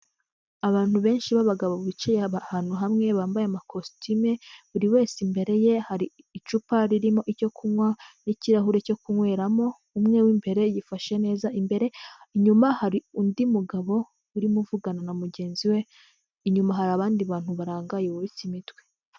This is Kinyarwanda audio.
Abantu benshi b'abagabo bicaye aba ahantu hamwe bambaye amakositime, buri wese imbere ye, hari icupa ririmo icyo kunywa n'ikirahure cyo kunyweramo, umwe w'imbere yifashe neza, imbere inyuma hari undi mugabo urimo uvugana na mugenzi we, inyuma hari abandi bantu barangaye bubitse imitwe.